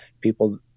People